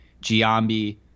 Giambi